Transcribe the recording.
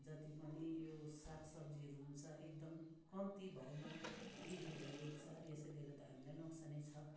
जति पनि यो सागसब्जीहरू हुन्छ एकदम कम्ती भाउमा बिक्री भइरहेको छ यसले गर्दा हामीलाई नोकसानै छ